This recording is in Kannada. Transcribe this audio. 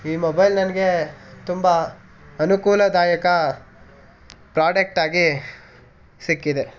ಈ ಮೊಬೈಲ್ ನನಗೆ ತುಂಬ ಅನುಕೂಲದಾಯಕ ಪ್ರಾಡಕ್ಟಾಗಿ ಸಿಕ್ಕಿದೆ